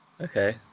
okay